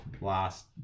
last